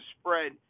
spread